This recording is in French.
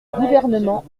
gouvernement